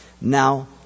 Now